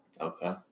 Okay